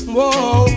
Whoa